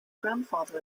grandfather